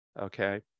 okay